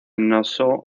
nassau